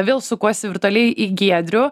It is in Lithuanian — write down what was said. vėl sukuosi virtualiai į giedrių